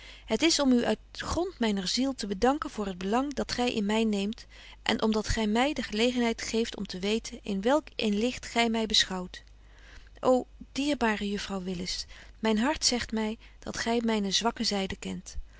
het is om u uit grond myner ziel te bedanken voor het belang dat gy in my neemt en om dat gy my de gelegenheid geeft om te weten in welk een licht gy my beschouwt ô dierbare juffrouw willis myn hart zegt my dat gy myne zwakke zyde kent